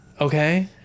okay